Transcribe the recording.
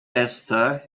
esther